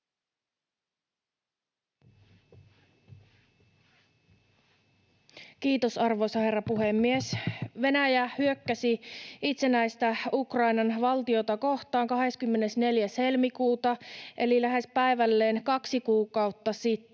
Kiitos, arvoisa herra puhemies! Venäjä hyökkäsi itsenäistä Ukrainan valtiota kohtaan 24. helmikuuta eli lähes päivälleen kaksi kuukautta sitten.